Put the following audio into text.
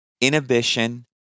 inhibition